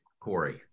Corey